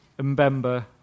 Mbemba